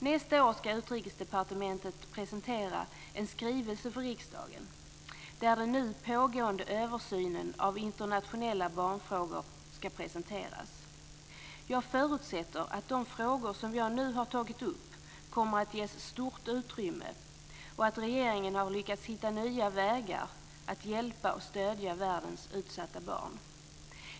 Nästa år ska Utrikesdepartementet presentera en skrivelse för riksdagen där den nu pågående översynen av internationella barnfrågor ska presenteras. Jag förutsätter att de frågor som jag nu har tagit upp kommer att ges stort utrymme och att regeringen har lyckats hitta nya vägar att hjälpa och stödja världens utsatta barn.